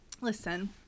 listen